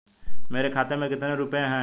मेरे खाते में कितने रुपये हैं?